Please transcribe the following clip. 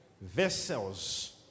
Vessels